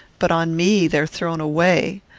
but on me they are thrown away.